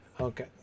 Okay